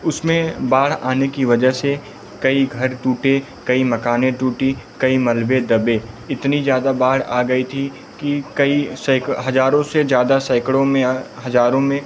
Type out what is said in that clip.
उसमें बाढ़ आने की वजह से कई घर टूटे कई मकान टूटे कई मलबे दबे इतनी ज़्यादा बाढ़ आ गई थी कि कई सैक हज़ारों से ज़्यादा सैकड़ों में या हज़ारों में